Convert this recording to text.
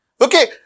okay